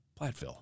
Platteville